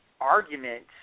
argument